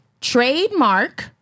trademark